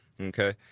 okay